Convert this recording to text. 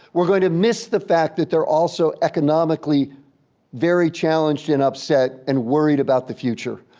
we're going to miss the fact that they're also economically very challenged and upset and worried about the future.